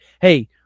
hey